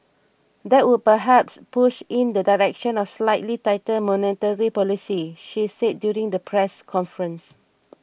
that would perhaps push in the direction of slightly tighter monetary policy she said during the press conference